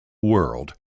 world